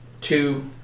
two